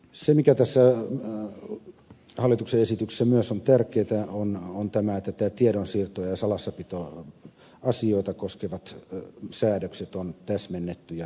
se mikä tässä hallituksen esityksessä myös on tärkeätä on tämä että tiedonsiirto ja salassapitoasioita koskevat säädökset on täsmennetty ja selkeytetty